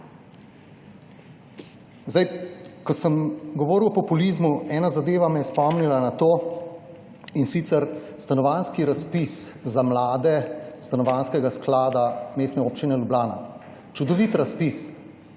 Ko sem govoril o populizmu, me je ena zadeva spomnila na to, in sicer stanovanjski razpis za mlade Stanovanjskega sklada Mestne občine Ljubljana. Čudovit razpis,